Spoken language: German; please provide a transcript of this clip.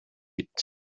gibt